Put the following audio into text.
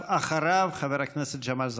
אחריו, חבר הכנסת ג'מאל זחאלקה.